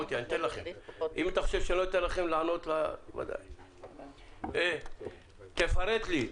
תפרט לי.